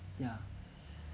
ya